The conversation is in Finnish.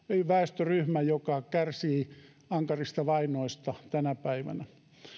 väestöryhmä joka kärsii ankarista vainoista tänä päivänä